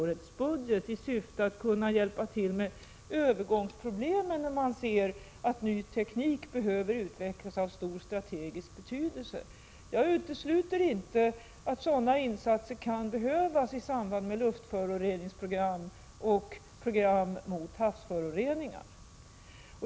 Detta sker i syfte att vi skall kunna hjälpa till med övergångsproblemen när man ser att ny teknik av stor strategisk betydelse behöver utvecklas. Jag utesluter inte att sådana insatser kan behövas i samband med luftföroreningsprogram och program mot havsföroreningar.